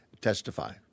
testify